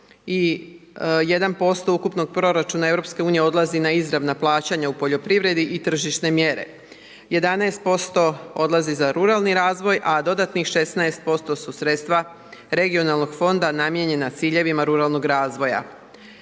31% ukupnog proračuna EU-a odlazi na izravna plaćanja u poljoprivredi i tržišne mjere. 11% odlazi za ruralni razvoj a dodatnih 16% su sredstva regionalnog fonda namijenjena ciljevima ruralnog razvoja.